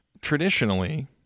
Traditionally